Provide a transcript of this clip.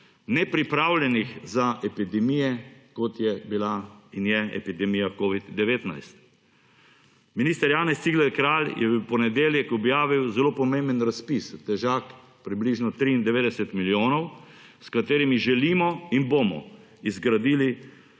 nepripravljenih za epidemije, kot je bila in je epidemija covid-19. Minister Janez Cigler Kralj je v ponedeljek objavil zelo pomemben razpis, težak približno 93 milijonov, s katerimi želimo in bomo zgradili,